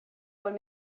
would